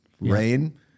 Rain